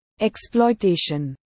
exploitation